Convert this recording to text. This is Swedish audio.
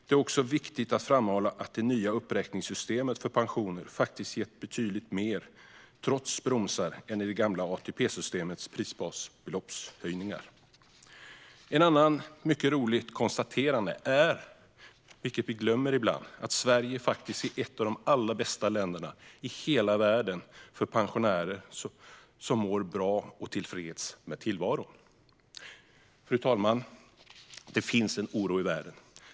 Det är också viktigt att framhålla att det nya uppräkningssystemet för pensioner faktiskt har gett betydligt mer, trots bromsar, än det gamla ATP-systemets prisbasbeloppshöjningar. Ett annat mycket roligt konstaterande, vilket vi ibland glömmer, är att Sverige faktiskt är ett av de allra bästa länderna i världen för pensionärer, som mår bra och är tillfreds med tillvaron. Fru talman! Det finns en oro i världen.